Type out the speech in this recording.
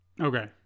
Okay